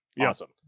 Awesome